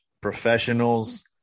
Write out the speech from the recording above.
professionals